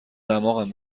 دماغم